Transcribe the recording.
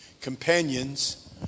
companions